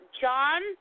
John